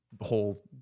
whole